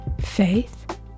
faith